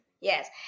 yes